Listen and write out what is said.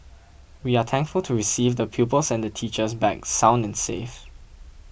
we are thankful to receive the pupils and the teachers back sound and safe